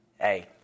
hey